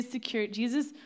Jesus